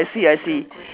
I see I see